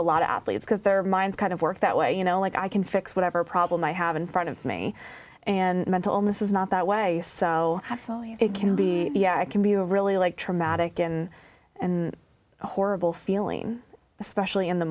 a lot of athletes because their minds kind of work that way you know like i can fix whatever problem i have in front of me and mental illness is not that way so absolutely it can be yeah it can be a really like traumatic and horrible feeling especially in the